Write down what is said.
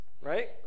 Right